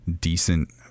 decent